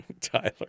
Tyler